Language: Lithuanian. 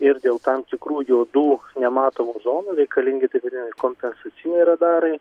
ir dėl tam tikrų juodų nematomų zonų reikalingi dideli kompensaciniai radarai